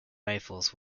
rifles